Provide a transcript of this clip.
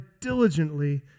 diligently